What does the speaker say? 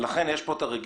ולכן כן יש פה רגישות.